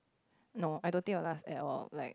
no I don't think will ask at all like